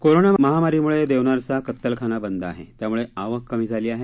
corona महामारीम्ळे देवनारचा कत्तलखाना बंद आहे त्याम्ळे आवक कमी झाली आहे